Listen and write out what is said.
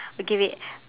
okay wait